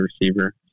receiver